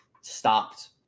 stopped